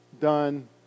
done